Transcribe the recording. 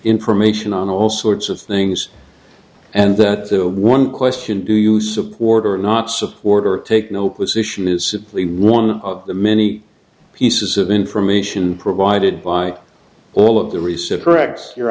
information on all sorts of things and that one question do you support or not support or take no position is simply one of the many pieces of information provided by all of the